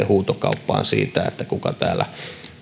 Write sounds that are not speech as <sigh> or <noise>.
<unintelligible> huutokauppaan siitä kuka täällä